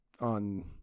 on